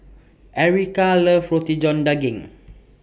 Erykah loves Roti John Daging